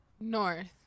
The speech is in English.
North